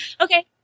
Okay